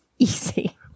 Easy